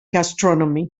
gastronomy